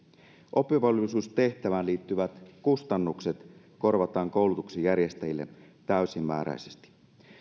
oppivelvollisuustehtävään liittyvät kustannukset korvataan koulutuksen järjestäjille täysimääräisesti